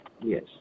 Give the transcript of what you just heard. Yes